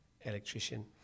electrician